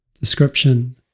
Description